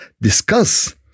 discuss